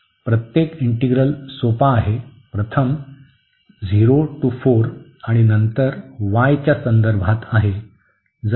तर प्रत्येक इंटीग्रल सोपा आहे प्रथम 0 ते 4 आणि नंतर y च्या संदर्भात आहे